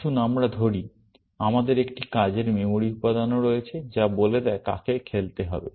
আসুন আমরা ধরি আমাদের একটি কাজের মেমরি উপাদানও রয়েছে যা বলে দেয় কাকে খেলতে হবে